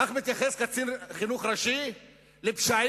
כך מתייחס קצין חינוך ראשי לפשעים,